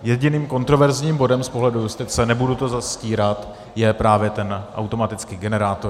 Jediným kontroverzním bodem z pohledu justice, nebudu to zastírat, je právě ten automatický generátor.